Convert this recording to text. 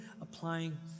applying